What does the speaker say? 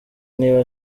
niba